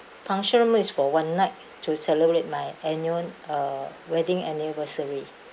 function room is for one night to celebrate my annual uh wedding anniversary